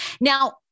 Now